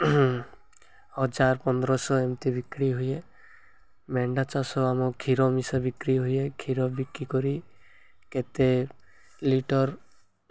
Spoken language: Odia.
ହଜାର୍ ପନ୍ଦରଶହ ଏମିତି ବିକ୍ରି ହୁଏ ମେଣ୍ଢା ଚାଷ ଆମ କ୍ଷୀର ମିଶା ବିକ୍ରି ହୁଏ କ୍ଷୀର ବିକ୍ରିକରି କେତେ ଲିଟର୍